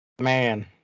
man